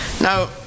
Now